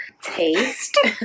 taste